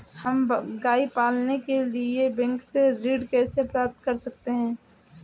हम गाय पालने के लिए बैंक से ऋण कैसे प्राप्त कर सकते हैं?